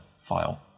file